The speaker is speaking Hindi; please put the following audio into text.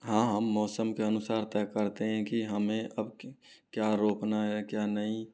हाँ हम मौसम के अनुसार तय करते हैं कि हमें अब क्या रोपना है क्या नहीं